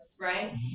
right